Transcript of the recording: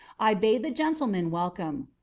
i bade the gentlemen welcome.